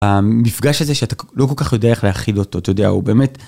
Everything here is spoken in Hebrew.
המפגש הזה שאתה לא כל כך יודע איך להכיל אותו, אתה יודע הוא באמת.